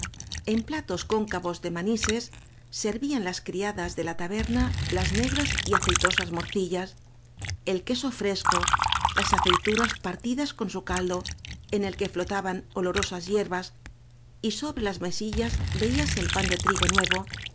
de maees en y nises servían las criadas táél de la taberna las negras y aceitosas morcillas el queso fresco las aceitu nas partidas con su caldo en clue flotaban olorosas hierbas y sobre las mesillas veíase el pan de trigo nuevo